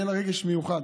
והיה לה רגש מיוחד.